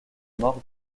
mordre